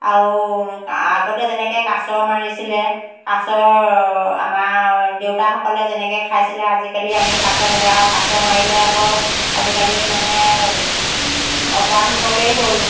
আৰু আগতে যেনেকৈ কাছ মাৰিছিলে কাছ আমাৰ দেউতাসকলে যেনেকৈ খাইছিলে আজিকালি আমি কাছ নেদেখা আৰু কাছ মাৰিলে আকৌ আজিকালি মানে অপৰাধমূলকেই হ'ল